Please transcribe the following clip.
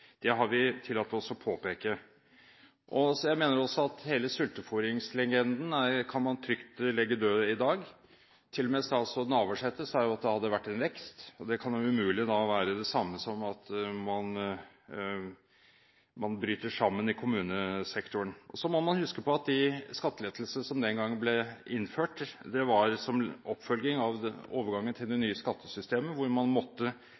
Det har vi tillatt oss å påpeke. Jeg mener også at hele sultefôringslegenden kan man trygt legge død i dag. Til og med statsråd Navarsete sa at det hadde vært en vekst, og det kan da umulig være det samme som at man bryter sammen i kommunesektoren. Man må huske på at de skattelettelsene som den gang ble innført, var som oppfølging til det nye skattesystemet, hvor man måtte